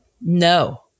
No